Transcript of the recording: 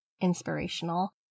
inspirational